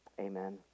Amen